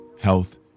health